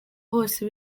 hose